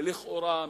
לכאורה,